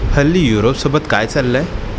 हल्ली युरोपसोबत काय चाललं आहे